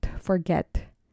forget